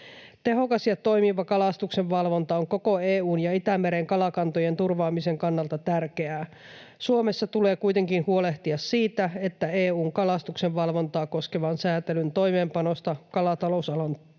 Tehokas ja toimiva kalastuksenvalvonta on koko EU:n ja Itämeren kalakantojen turvaamisen kannalta tärkeää. Suomessa tulee kuitenkin huolehtia siitä, että EU:n kalastuksenvalvontaa koskevan säätelyn toimeenpanosta aiheutuva